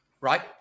right